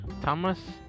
Thomas